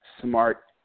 smart